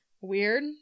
Weird